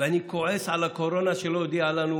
אני כועס על הקורונה, שלא הודיעה לנו